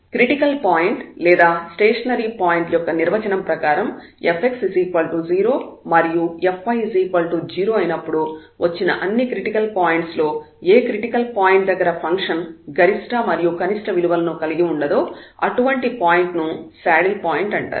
critical point లేదా stationary point యొక్క నిర్వచనం ప్రకారం fx 0 మరియు fy 0 అయినప్పుడు వచ్చిన అన్ని క్రిటికల్ పాయింట్స్ లో ఏ క్రిటికల్ పాయింట్ దగ్గర ఫంక్షన్ గరిష్ట మరియు కనిష్ట విలువలను కలిగి ఉండదో అటువంటి పాయింట్ ను శాడిల్ పాయింట్ అంటారు